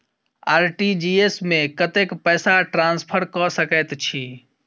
RTGS मे कतेक पैसा ट्रान्सफर कऽ सकैत छी?